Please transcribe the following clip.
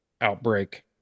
outbreak